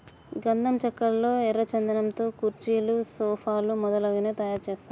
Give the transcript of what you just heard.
గంధం చెక్కల్లో ఎర్ర చందనం తో కుర్చీలు సోఫాలు మొదలగునవి తయారు చేస్తారు